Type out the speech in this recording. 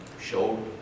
showed